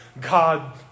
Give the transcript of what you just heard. God